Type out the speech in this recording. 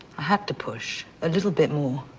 i had to push a little bit more,